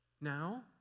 Now